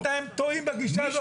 אתם טועים בגישה הזאת.